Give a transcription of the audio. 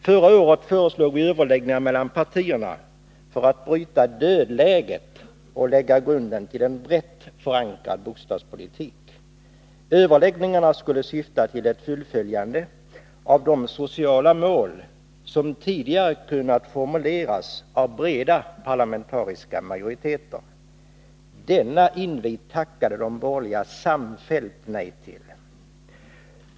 Förra året föreslog vi överläggningar mellan partierna för att bryta dödläget och lägga grunden till en brett förankrad bostadspolitik. Överläggningarna skulle syfta till ett fullföljande av de sociala mål som tidigare kunnat formuleras av breda parlamentariska majoriteter. Denna invit tackade de borgerliga samfällt nej till.